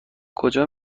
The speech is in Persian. کجا